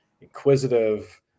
inquisitive